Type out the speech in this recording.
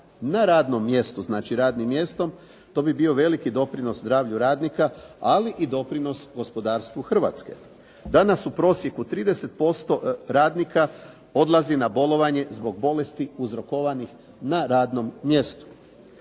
na radnom mjestu, znači radnim mjestom to bi bio veliki doprinos zdravlju radnika, ali i doprinos gospodarstvu Hrvatske. Danas u prosjeku 30% radnika odlazi na bolovanje zbog bolesti uzrokovanih na radnom mjestu.